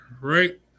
right